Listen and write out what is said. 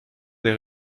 des